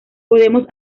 podemos